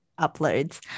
uploads